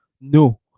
No